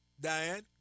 Diane